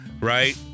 right